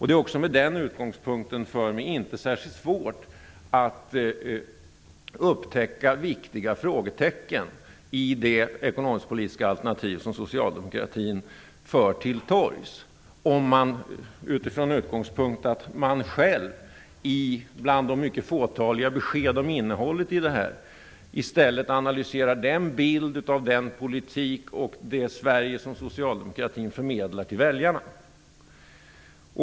Det är också med den utgångpunkten inte särskilt svårt för mig att upptäcka viktiga frågetecken i det ekonomisk-politiska alternativ som Socialdemokraterna för till torgs. Det ges mycket fåtaliga besked om innehållet i detta alternativ. I stället kan man analysera den bild, den politik och det Sverige som Socialdemokraterna förmedlar till väljarna.